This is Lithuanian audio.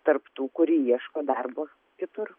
tarp tų kuri ieško darbo kitur